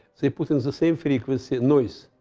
they put in the same frequency, noise.